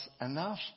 enough